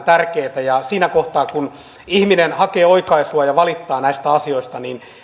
tärkeitä siinä kohtaa kun ihminen hakee oikaisua ja valittaa näistä asioista